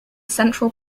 central